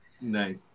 nice